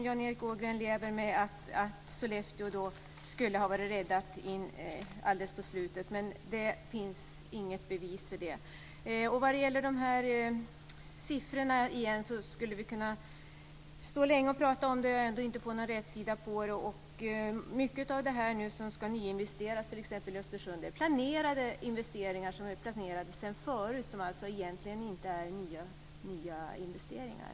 Jan Erik Ågren har haft förhoppningar om att Sollefteå skulle ha varit räddat alldeles mot slutet, men det finns inget bevis för det. Vi skulle kunna prata länge om siffrorna utan att få någon rätsida på dem. Många av de investeringar som nu ska göras i Östersund är planerade sedan tidigare. Dessa investeringar är alltså egentligen inte nyinvesteringar.